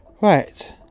right